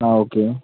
ആ ഓക്കെ